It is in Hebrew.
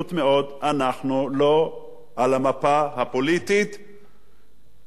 אנחנו לא על המפה הפוליטית החברתית